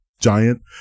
giant